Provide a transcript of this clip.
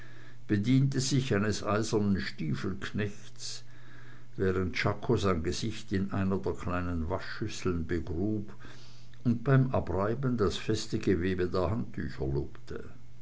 bediente sich eines eisernen stiefelknechts während czako sein gesicht in einer der kleinen waschschüsseln begrub und beim abreiben das feste gewebe der handtücher lobte